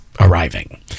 arriving